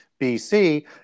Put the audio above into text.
bc